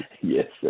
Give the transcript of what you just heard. Yes